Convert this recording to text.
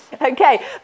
Okay